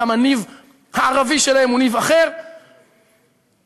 גם הניב הערבי שלהן הוא ניב אחר בכל מקום,